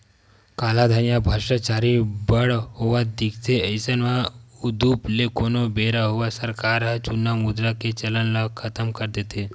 कालाधन या भस्टाचारी बड़ होवत दिखथे अइसन म उदुप ले कोनो बेरा होवय सरकार ह जुन्ना मुद्रा के चलन ल खतम कर देथे